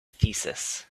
thesis